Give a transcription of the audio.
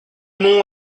nous